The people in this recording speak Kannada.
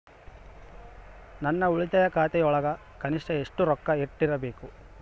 ನನ್ನ ಉಳಿತಾಯ ಖಾತೆಯೊಳಗ ಕನಿಷ್ಟ ಎಷ್ಟು ರೊಕ್ಕ ಇಟ್ಟಿರಬೇಕು?